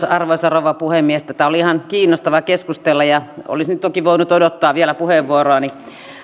arvoisa rouva puhemies tästä oli ihan kiinnostava keskustella ja olisin toki voinut odottaa vielä puheenvuoroani